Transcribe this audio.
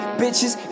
bitches